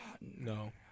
No